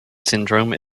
syndrome